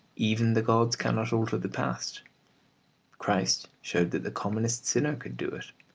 even the gods cannot alter the past christ showed that the commonest sinner could do it,